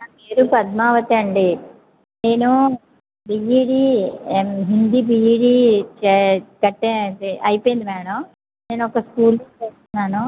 నా పేరు పద్మావతి అండి నేను బిఈడి హిందీ బిఈడి చే కట్టండి అయిపోయింది మ్యాడమ్ నేను ఒక స్కూల్లో చేస్తున్నాను